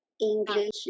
English